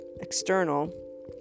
external